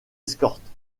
escorte